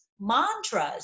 mantras